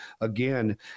again